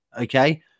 okay